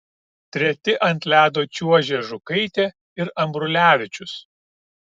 treti ant ledo čiuožė žukaitė ir ambrulevičius